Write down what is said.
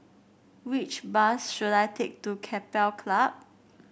which bus should I take to Keppel Club